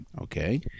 okay